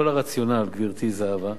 כל הרציונל, גברתי זהבה,